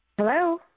Hello